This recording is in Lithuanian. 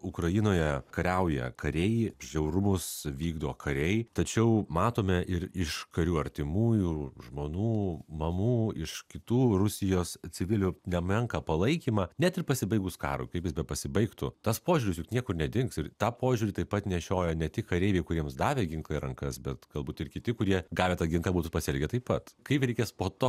ukrainoje kariauja kariai žiaurumus vykdo kariai tačiau matome ir iš karių artimųjų žmonų mamų iš kitų rusijos civilių nemenką palaikymą net ir pasibaigus karui kaip jis bepasibaigtų tas požiūris juk niekur nedings ir tą požiūrį taip pat nešioja ne tik kareiviai kuriems davė ginklą į rankas bet galbūt ir kiti kurie gavę tą ginklą būtų pasielgę taip pat kaip reikės po to